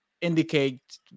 indicate